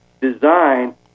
design